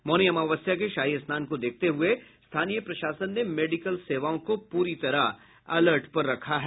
मौनी अमावस्या के शाही स्नान को देखते हुए स्थानीय प्रशासन ने मेडिकल सेवाओं को प्ररी तरह अलर्ट पर रखा है